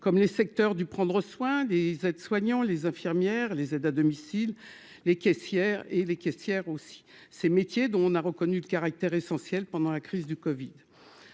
comme les secteurs du prendre soin des aides-soignant les infirmières, les aides à domicile, les caissières et les caissières aussi ces métiers dont on a reconnu le caractère essentiel pendant la crise du Covid